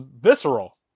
visceral